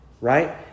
right